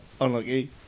unlucky